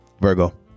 Virgo